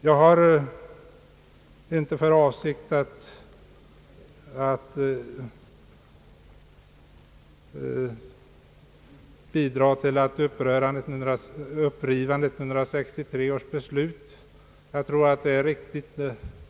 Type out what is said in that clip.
Jag har inte för avsikt att yrka på upprivning av 1963 års riksdagsbeslut; jag tror att det var riktigt.